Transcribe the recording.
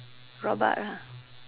robot lah